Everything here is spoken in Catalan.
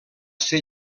ser